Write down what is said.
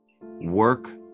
work